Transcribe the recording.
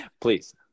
Please